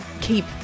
keep